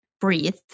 breathe